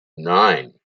nine